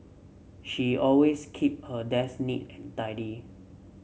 she always keep her desk neat and tidy